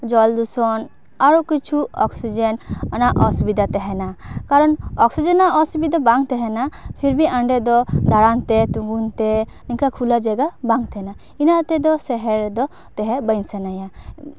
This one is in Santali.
ᱡᱚᱞ ᱫᱷᱩᱥᱚᱱ ᱟᱨᱚ ᱠᱤᱪᱷᱩ ᱚᱠᱥᱤᱡᱮᱱ ᱚᱱᱟ ᱚᱥᱩᱵᱤᱫᱷᱟ ᱛᱟᱦᱮᱱᱟ ᱠᱟᱨᱚᱱ ᱚᱠᱥᱤᱡᱮᱱ ᱟᱜ ᱚᱥᱩᱵᱤᱫᱷᱟ ᱵᱟᱝ ᱛᱟᱦᱮᱱᱟ ᱯᱷᱤᱨ ᱵᱷᱤ ᱚᱸᱰᱮ ᱫᱚ ᱫᱟᱬᱟᱱ ᱛᱮ ᱛᱤᱸᱜᱩᱱ ᱛᱮ ᱤᱱᱠᱟ ᱠᱷᱩᱞᱟ ᱡᱟᱭᱜᱟ ᱵᱟᱝ ᱛᱟᱦᱮᱱᱟ ᱤᱱᱟᱹ ᱛᱮᱫᱚ ᱥᱚᱦᱚᱨ ᱨᱮᱫᱚ ᱛᱟᱦᱮᱸ ᱵᱟᱝ ᱥᱟᱱᱟᱧᱟᱹ